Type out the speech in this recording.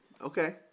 Okay